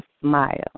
smile